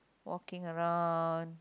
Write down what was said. walking around